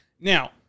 Now